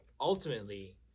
ultimately